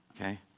Okay